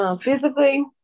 Physically